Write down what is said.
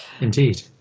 Indeed